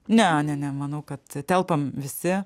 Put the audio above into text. ne ne ne manau kad telpam visi